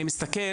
אני מסתכל,